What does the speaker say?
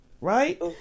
Right